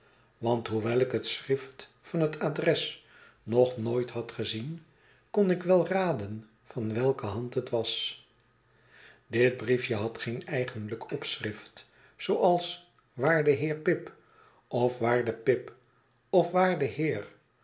want hoewel ik het schrift van het adres nog nooit had gezien kon ik wel raden van welke hand het was dit briefje had geen eigenlijk opschrift zooals waarde heer pip of waarde pip of waarde heer